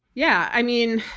yeah. i mean,